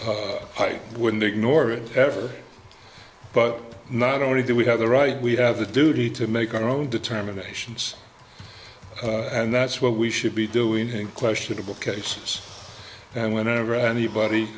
recompense i wouldn't ignore it ever but not only do we have the right we have a duty to make our own determinations and that's what we should be doing questionable cases and whenever anybody